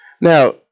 Now